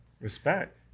Respect